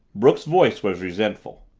brooks's voice was resentful.